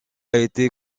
été